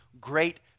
great